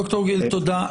ד"ר גיל, תודה.